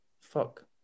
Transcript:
fuck